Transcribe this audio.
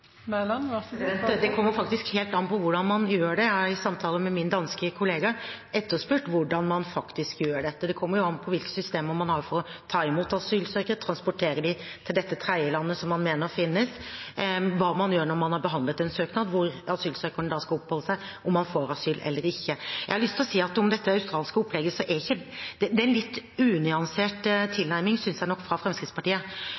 Det kommer faktisk helt an på hvordan man gjør det. I samtaler med min danske kollega har jeg etterspurt hvordan man faktisk gjør det. Det kommer an på hvilke systemer man har for å ta imot asylsøkere, transportere dem til dette tredjelandet som man mener finnes, hva man gjør når man har behandlet en søknad, hvor asylsøkeren skal oppholde seg, om han får asyl eller ikke. Jeg har lyst til å si om dette australske opplegget at det er en litt unyansert